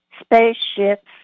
spaceships